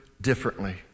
differently